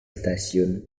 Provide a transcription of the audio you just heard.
stasiun